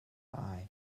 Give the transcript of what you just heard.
eye